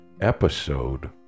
episode